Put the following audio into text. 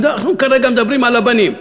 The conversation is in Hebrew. אנחנו כרגע מדברים על הבנים.